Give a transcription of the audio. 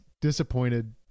disappointed